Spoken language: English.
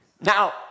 Now